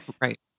Right